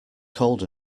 cold